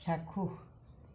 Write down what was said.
চাক্ষুষ